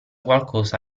qualcosa